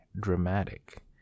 dramatic